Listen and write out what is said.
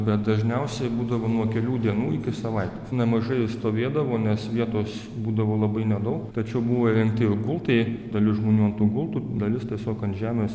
bet dažniausiai būdavo nuo kelių dienų iki savaitės nemažai jų stovėdavo nes vietos būdavo labai nedaug tačiau buvo įrengti gultai dalis žmonių ant tų gultų dalis tiesiog ant žemės